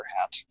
hat